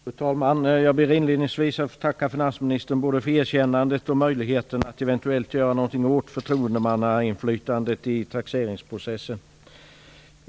Fru talman! Jag ber inledningsvis att få tacka finansministern både för erkännandet och möjligheten att eventuellt göra något åt förtroendemannainflytandet i taxeringsprocessen.